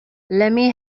lemme